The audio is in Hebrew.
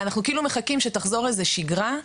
אנחנו כאילו מחכים שתחזור איזה שגרה,